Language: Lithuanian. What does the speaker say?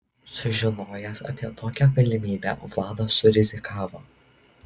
sužinojęs apie tokią galimybę vladas surizikavo